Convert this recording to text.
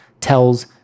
tells